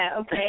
okay